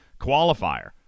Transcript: qualifier